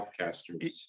podcasters